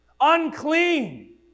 unclean